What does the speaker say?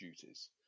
duties